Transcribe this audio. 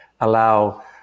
allow